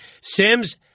Sims